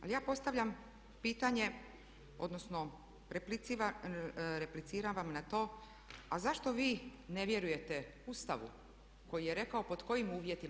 Ali ja postavljam pitanje odnosno repliciram vam na to a zašto vi ne vjerujete Ustavu koji je rekao pod kojim uvjetima?